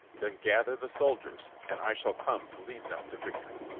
then gather the soldiers and i shall come to lead them to victory.